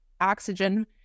oxygen